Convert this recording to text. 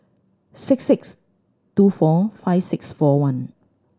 six six two four five six four one